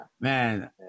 man